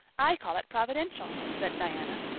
i call it providential, said diana.